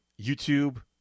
YouTube